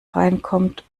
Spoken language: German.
reinkommt